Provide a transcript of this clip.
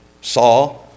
saw